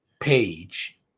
page